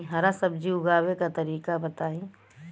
हरा सब्जी उगाव का तरीका बताई?